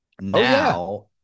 now—